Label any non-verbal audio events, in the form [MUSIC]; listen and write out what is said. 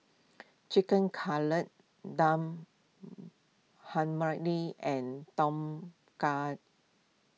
Chicken Cutlet Dal [UNINTELLIGIBLE] and Tom Kha